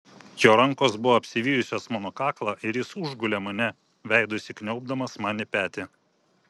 jo rankos buvo apsivijusios mano kaklą ir jis užgulė mane veidu įsikniaubdamas man į petį